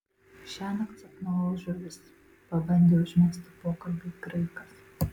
šiąnakt sapnavau žuvis pabandė užmegzti pokalbį graikas